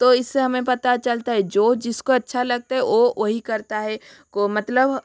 तो इससे हमें पता चलता है जो जिसको अच्छा लगता है वो वो ही करता है ओ मतलब